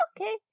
okay